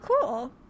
cool